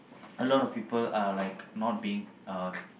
a lot of people are like not being uh